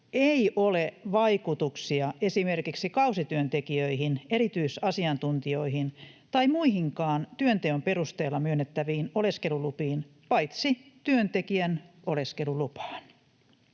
ei ole vaikutuksia esimerkiksi kausityöntekijöihin, erityisasiantuntijoihin tai muihinkaan työnteon perusteella myönnettäviin oleskelulupiin — paitsi työntekijän oleskelulupaan.